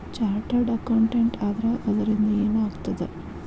Chartered accountant ಆದ್ರ ಅದರಿಂದಾ ಏನ್ ಆಗ್ತದ?